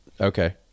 Okay